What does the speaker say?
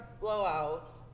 blowout